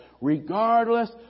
Regardless